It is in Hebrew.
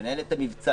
לנהל את המבצע,